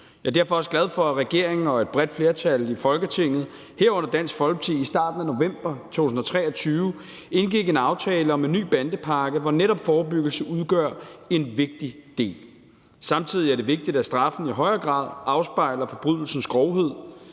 Jeg er derfor også glad for, at regeringen og et bredt flertal i Folketinget, herunder Dansk Folkeparti, i starten af november 2023 indgik en aftale om en ny bandepakke, hvor netop forebyggelse udgør en vigtig del. Samtidig er det vigtigt, at straffen i højere grad afspejler forbrydelsens grovhed.